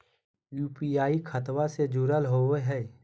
UPI खतबा से जुरल होवे हय?